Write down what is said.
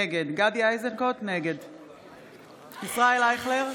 נגד ישראל אייכלר,